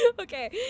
okay